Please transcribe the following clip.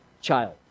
child